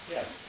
Yes